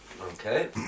okay